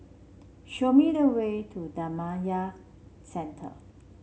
show me the way to Dhammakaya Centre